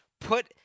put